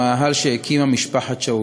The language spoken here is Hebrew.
במאהל שהקימה משפחת שאול.